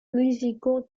musicaux